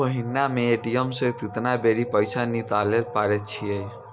महिना मे ए.टी.एम से केतना बेरी पैसा निकालैल पारै छिये